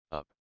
up